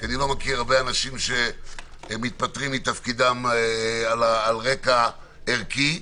איני מכיר הרבה אנשים שמתפטרים מתפקידם על רקע ערכי.